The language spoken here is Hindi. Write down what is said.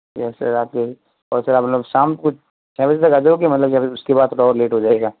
यस सर आपके और सर मतलब शाम को छः बजे तक आ जाओगे मतलब उसके बाद थोड़ा लेट हो जायेगा